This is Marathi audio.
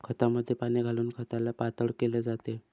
खतामध्ये पाणी घालून खताला पातळ केले जाते